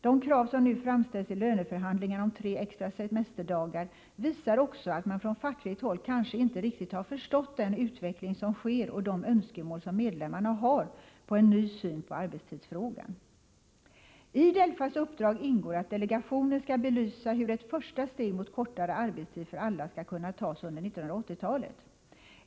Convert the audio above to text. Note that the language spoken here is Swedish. De krav som nu framställs i löneförhandlingarna om tre extra semesterdagar visar också att man från fackligt håll kanske inte har förstått den utveckling som sker och de önskemål som medlemmarna har på en ny syn på arbetstids = Nr 22 frågan. I DELFA:s uppdrag ingår att delegationen skall belysa hur ett första steg mot kortare arbetstid för alla skall kunna tas under 1980-talet.